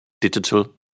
digital